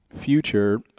future